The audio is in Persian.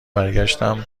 برگشتم